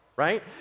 right